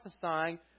prophesying